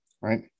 right